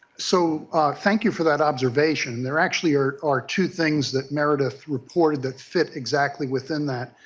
so thank you for that observation. there actually are are two things that meredith reported that fit exactly within that.